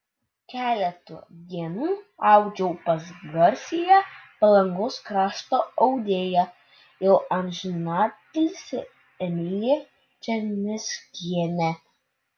keletą dienų audžiau pas garsiąją palangos krašto audėją jau amžinatilsį emiliją černeckienę